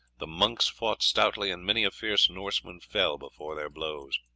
the monks fought stoutly, and many a fierce norseman fell before their blows.